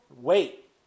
wait